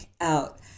out